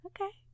Okay